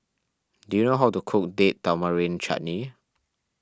do you know how to cook Date Tamarind Chutney